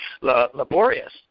laborious